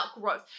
growth